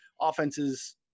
offenses